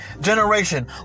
generation